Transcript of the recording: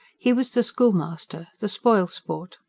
he was the schoolmaster the spoilsport.